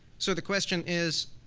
so the question is,